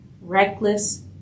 reckless